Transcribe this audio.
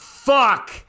Fuck